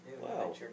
Wow